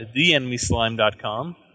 theenemyslime.com